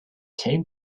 came